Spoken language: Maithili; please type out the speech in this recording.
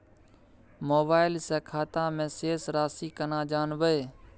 मोबाइल से खाता में शेस राशि केना जानबे?